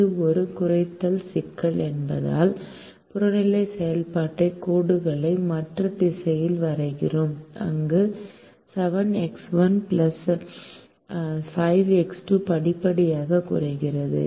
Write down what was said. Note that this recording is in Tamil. இது ஒரு குறைத்தல் சிக்கல் என்பதால் புறநிலை செயல்பாட்டுக் கோடுகளை மற்ற திசையில் வரைகிறோம் அங்கு 7X1 5X2 படிப்படியாகக் குறைகிறது